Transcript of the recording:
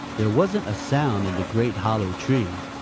there wasn't a sound in the great hollow tree.